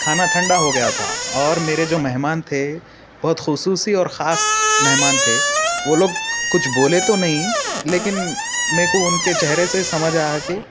کھانا ٹھنڈا ہوگیا تھا اور میرے جو مہمان تھے بہت خصوصی اور خاص مہمان تھے وہ لوگ کچھ بولے تو نہیں لیکن میرے کو ان کے چہرے سے سمجھ آیا کہ